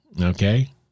okay